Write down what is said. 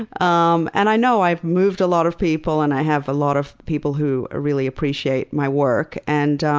um and i know i've moved a lot of people and i have a lot of people who ah really appreciate my work, and